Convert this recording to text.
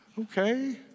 Okay